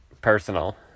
personal